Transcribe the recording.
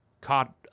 caught